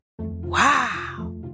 Wow